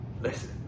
Listen